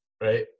right